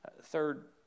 Third